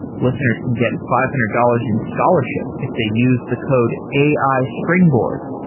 listeners can get five hundred dollars in scholarship if they use the code ai springboard.